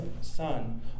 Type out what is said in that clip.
Son